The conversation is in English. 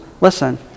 listen